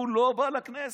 הוא לא בא לכנסת.